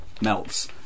Melts